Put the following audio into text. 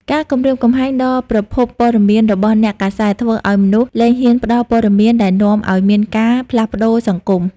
ការគំរាមកំហែងដល់ប្រភពព័ត៌មានរបស់អ្នកកាសែត ធ្វើឱ្យមនុស្សលែងហ៊ានផ្តល់ព័ត៌មានដែលនាំឱ្យមានការផ្លាស់ប្តូរសង្គម។